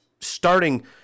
starting